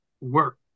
work